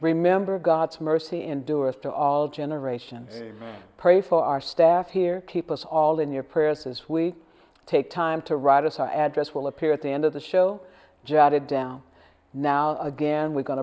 remember god's mercy endures to all generation pray for our staff here keep us all in your prayers as we take time to write us our address will appear at the end of the show jot it down now again we're going